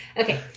Okay